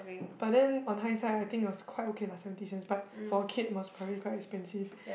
but then on hindsight right I think it's quite okay lah for seventy cents but for kid is probably quite expensive